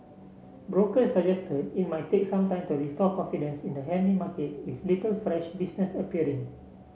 brokers suggested it might take some time to restore confidence in the handy market with little fresh business appearing